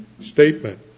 statement